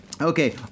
Okay